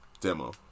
demo